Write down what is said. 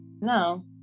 No